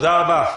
תודה רבה.